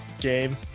game